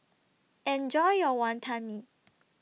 Enjoy your Wonton Mee